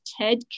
Ted